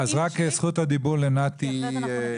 זכות הדיבור לנתי שקד.